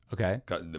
Okay